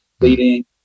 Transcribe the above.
leading